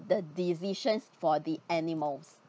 the decisions for the animals